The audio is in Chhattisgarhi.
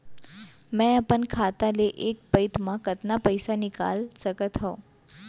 मैं अपन खाता ले एक पइत मा कतका पइसा निकाल सकत हव?